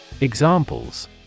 Examples